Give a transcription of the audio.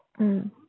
mm